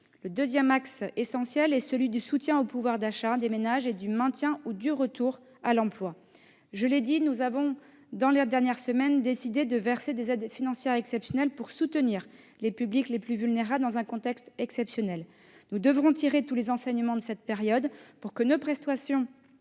Le deuxième axe essentiel est le soutien au pouvoir d'achat des ménages et le maintien ou le retour à l'emploi. Je l'ai dit, nous avons décidé la semaine dernière de verser des aides financières exceptionnelles pour soutenir les publics les plus vulnérables, dans un contexte particulier. Nous devrons tirer tous les enseignements de cette période afin que nos prestations